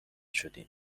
شدیم